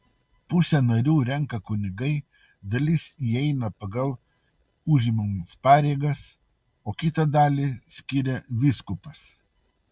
pusę narių renka kunigai dalis įeina pagal užimamas pareigas o kitą dalį skiria vyskupas